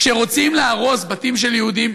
כשרוצים להרוס בתים של יהודים,